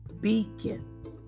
beacon